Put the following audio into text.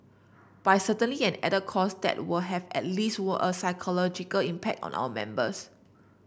but it's certainly an added cost that would have at least were a psychological impact on our members